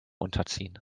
unterziehen